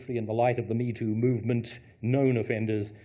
in the light of the metoo movement known offenders,